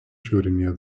šiaurinėje